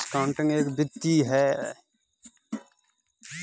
discounting एक वित्तीय विधि है